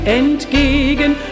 entgegen